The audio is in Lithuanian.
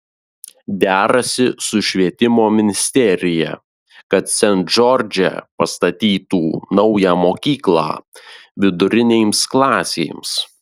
derasi su švietimo ministerija kad sent džordže pastatytų naują mokyklą vidurinėms klasėms